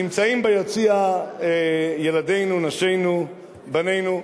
נמצאים ביציע ילדינו, נשינו, בנינו,